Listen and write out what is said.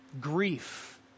grief